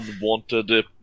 unwanted